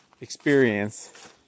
experience